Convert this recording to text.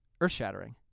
earth-shattering